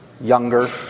Younger